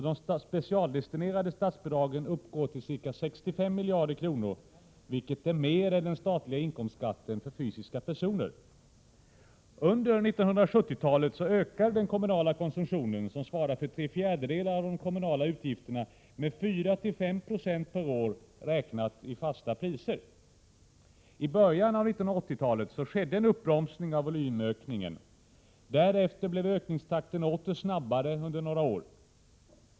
De specialdestinerade statsbidragen uppgår till ca 65 miljarder kronor, vilket är mer än den statliga inkomstskatten för fysiska personer. Under 1970-talet ökade den kommunala konsumtionen, som svarar för tre fjärdedelar av de kommunala utgifterna, med 4-5 96 per år räknat i fasta priser. I början av 1980-talet skedde en uppbromsning av volymökningen. Därefter blev ökningstakten åter snabbare under några år.